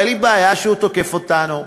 אין לי בעיה שהוא תוקף אותנו,